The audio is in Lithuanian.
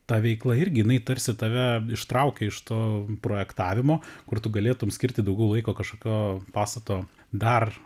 ta veikla irgi jinai tarsi tave ištraukia iš to projektavimo kur tu galėtum skirti daugiau laiko kažkokio pastato dar